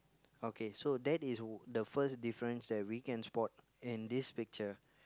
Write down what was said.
okay so that is the first difference that we can spot in this picture